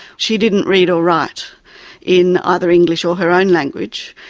she didn't read or write in either english or her own language,